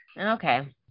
Okay